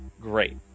great